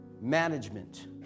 management